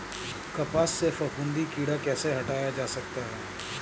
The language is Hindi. कपास से फफूंदी कीड़ा कैसे हटाया जा सकता है?